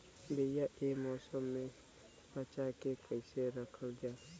बीया ए मौसम में बचा के कइसे रखल जा?